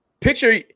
Picture –